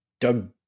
Doug